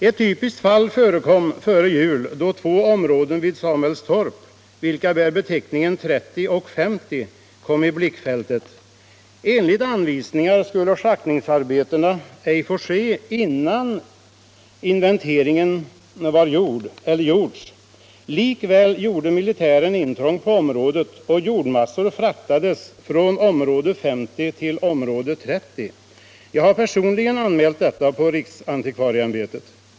Ett typiskt fall förekom före jul, då två områden vid Samuelstorp, vilka bär beteckningarna 30 resp. 50, kom i blickfältet. Enligt anvisningar skulle schaktningsarbetena ej få ske innan inventering gjorts. Likväl gjorde militären intrång på området och jordmassor fraktades från område 50 till område 30. Jag har personligen anmält detta till riksantikvarieämbetet.